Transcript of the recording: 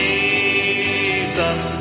Jesus